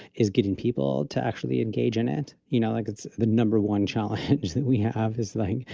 is getting people to actually engage in it, you know, like, it's the number one challenge that we have is like,